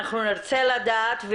נרצה לדעת,